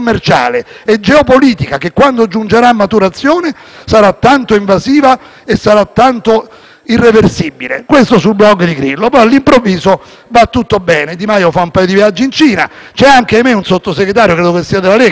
Questo sul *blog* di Grillo. Poi all'improvviso va tutto bene. Di Maio fa un paio di viaggi in Cina, c'è anche, ahimè, un Sottosegretario, credo che sia della Lega, Geraci, che non ho capito se è Sottosegretario del Governo italiano o del Governo cinese in rappresentanza in Italia,